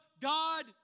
God